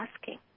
asking